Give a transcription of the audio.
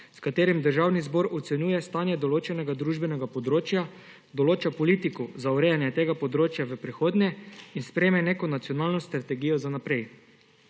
s katerim Državni zbor ocenjuje stanje določenega družbenega področja, določa politiko za urejanje tega področja v prihodnje in sprejme neko nacionalno strategijo za naprej.